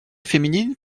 féminine